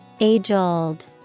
Age-old